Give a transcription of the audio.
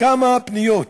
כמה פניות,